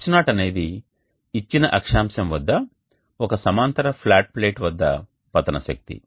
H0 అనేది ఇచ్చిన అక్షాంశం వద్ద ఒక సమాంతర ఫ్లాట్ ప్లేట్ వద్ద పతన శక్తి